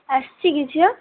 ଆସିଛି କି ଝିଅ